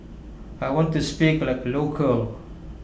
I want to speak like A local